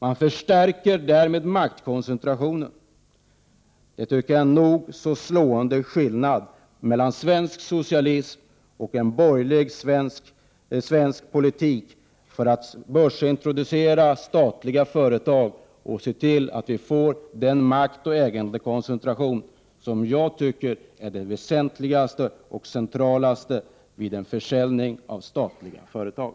Man förstärker därmed maktkoncentrationen. Det är en nog så slående skillnad mellan svensk socialism och en borgerlig svensk politik när det gäller att börsintroducera statliga företag och se till att vi får den maktoch ägandespridning jag tycker är det mest väsentliga och centrala vid en försäljning av statliga företag.